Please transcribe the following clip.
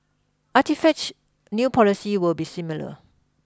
Artichoke's new policy will be similar